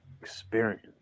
experience